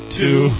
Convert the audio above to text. two